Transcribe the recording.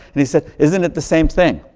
and he said, isn't it the same thing?